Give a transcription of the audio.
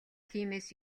тиймээс